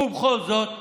ובכל זאת,